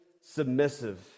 submissive